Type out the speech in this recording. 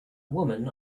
woman